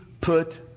put